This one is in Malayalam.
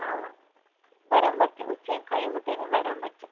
ആ വരാൻ പറ്റും ഉച്ച ഒക്കെ കഴിയുമ്പത്തേനും വരാൻ പറ്റും